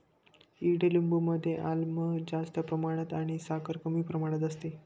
ईडलिंबू मध्ये आम्ल जास्त प्रमाणात आणि साखर कमी प्रमाणात असते